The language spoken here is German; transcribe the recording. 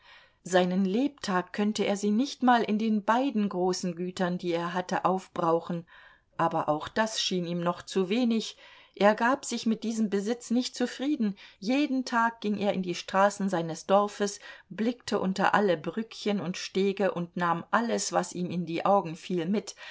seinen lebtag könnte er sie nicht mal in den beiden großen gütern die er hatte aufbrauchen aber auch das schien ihm noch zu wenig er gab sich mit diesem besitz nicht zufrieden jeden tag ging er in die straßen seines dorfes blickte unter alle brückchen und stege und nahm alles was ihm in die augen fiel mit